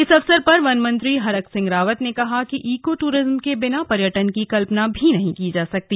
इस अवसर पर वन मंत्री हरक सिंह रावत ने कहा कि इको टूरिज्म के बिना पर्यटन की कल्पना भी नहीं की जा सकती